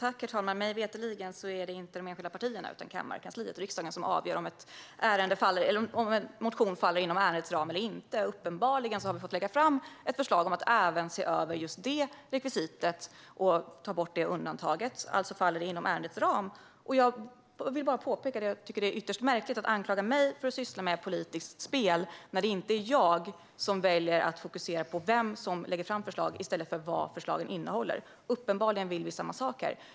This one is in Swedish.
Herr talman! Mig veterligen är det inte de enskilda partierna utan kammarkansliet och riksdagen som avgör om en motion faller inom ärendets ram eller inte. Uppenbarligen har vi fått lägga fram ett förslag om att se över just detta rekvisit och ta bort undantaget. Alltså faller det inom ärendets ram. Jag vill påpeka att jag tycker att det är ytterst märkligt att anklaga mig för att syssla med politiskt spel när det inte är jag som väljer att fokusera på vem som lägger fram förslag i stället för på vad förslagen innehåller. Uppenbarligen vill vi samma sak här.